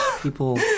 people